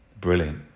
brilliant